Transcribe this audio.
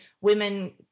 women